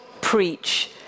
preach